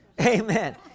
Amen